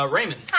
Raymond